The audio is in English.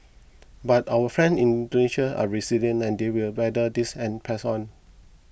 but our friends in Indonesia are resilient and they will weather this and press on